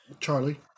charlie